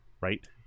right